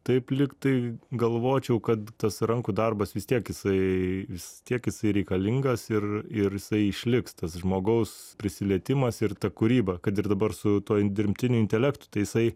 taip lyg tai galvočiau kad tas rankų darbas vis tiek jisai vis tiek jisai reikalingas ir ir jisai išliks tas žmogaus prisilietimas ir ta kūryba kad ir dabar su tuo dirbtiniu intelektu tai jisai